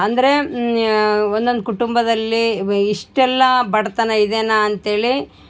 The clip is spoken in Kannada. ಅಂದರೆ ಒಂದೊಂದು ಕುಟುಂಬದಲ್ಲಿ ಇಷ್ಟೇಲ್ಲ ಬಡತನ ಇದೇ ಅಂತೇಳಿ